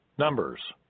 Numbers